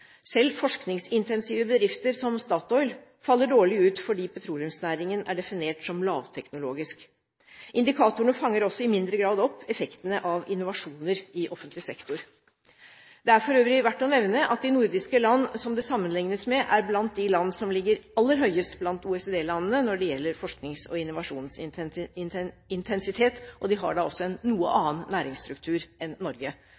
Selv forskningsintensive bedrifter som Statoil faller dårlig ut, fordi petroleumsnæringen er definert som lavteknologisk. Indikatorene fanger også i mindre grad opp effektene av innovasjoner i offentlig sektor. Det er for øvrig verdt å nevne at de nordiske land, som det sammenliknes med, er blant de land som ligger aller høyest blant OECD-landene når det gjelder forsknings- og innovasjonsintensitet, og de har da også en noe annen næringsstruktur enn Norge.